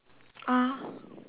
ah